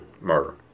murder